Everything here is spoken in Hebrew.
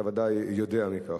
אתה ודאי יודע על כך.